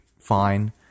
fine